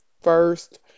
first